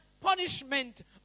punishment